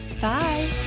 Bye